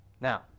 Now